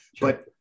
but-